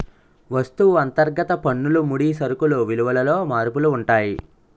వస్తువు అంతర్గత పన్నులు ముడి సరుకులు విలువలలో మార్పులు ఉంటాయి